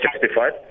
justified